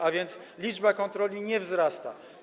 A więc liczba kontroli nie wzrasta.